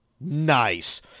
nice